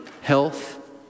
health